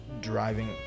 driving